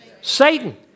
Satan